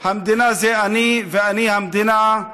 המדינה זה אני, ואני, המדינה.